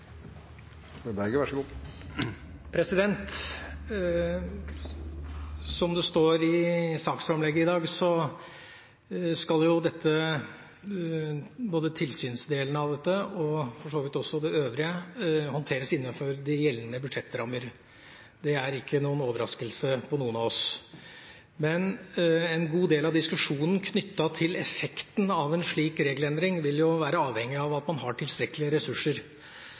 Som det står i saksframlegget i dag, skal både tilsynsdelen av dette, og for så vidt også det øvrige, håndteres innenfor de gjeldende budsjettrammene. Det er ikke noen overraskelse for noen av oss. Men en god del av diskusjonen knyttet til effekten av en slik regelendring vil jo være avhengig av at man har tilstrekkelig med ressurser.